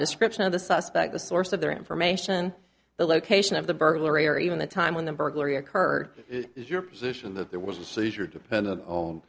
description of the suspect the source of their information the location of the burglary or even the time when the burglary occurred your position that there was a seizure dependent o